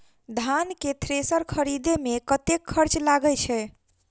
धान केँ थ्रेसर खरीदे मे कतेक खर्च लगय छैय?